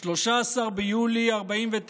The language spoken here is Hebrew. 13 ביולי 1949,